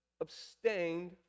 abstained